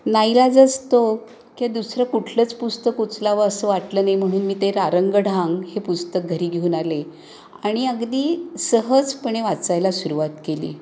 नाईलाजास्तव की दुसरं कुठलंच पुस्तक उचलावं असं वाटलं नाही म्हणून मी ते रारंगढांग हे पुस्तक घरी घेऊन आले आणि अगदी सहजपणे वाचायला सुरुवात केली